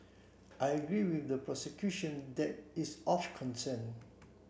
I agree with the prosecution that is of concern